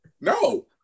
No